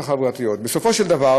בסופו של דבר